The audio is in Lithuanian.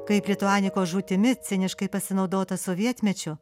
kaip lituanikos žūtimi ciniškai pasinaudota sovietmečiu